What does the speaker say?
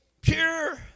pure